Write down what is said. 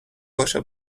باشه